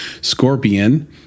Scorpion